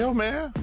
so man.